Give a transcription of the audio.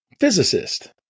physicist